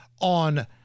on